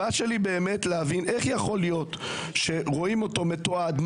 הבעיה שלי באמת להבין איך יכול להיות שרואים אותו מתועד,